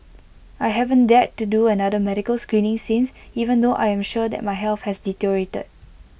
I haven't dared to do another medical screening since even though I am sure that my health has deteriorated